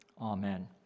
amen